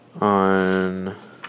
on